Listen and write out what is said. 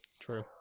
True